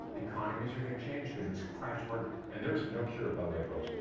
economies are gonna change cause it's crash market and there's no cure, by the way, folks.